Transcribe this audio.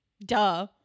duh